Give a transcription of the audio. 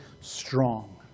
Strong